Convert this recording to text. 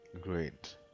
Great